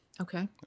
Okay